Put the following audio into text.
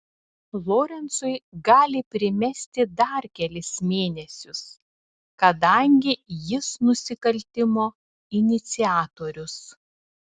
lorencui gali primesti dar kelis mėnesius kadangi jis nusikaltimo iniciatorius